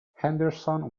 henderson